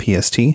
PST